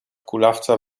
kulawca